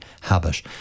habit